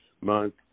month